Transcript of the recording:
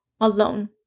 alone